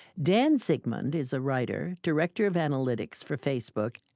dan zigmond is a writer, director of analytics for facebook,